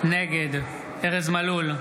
נגד ארז מלול,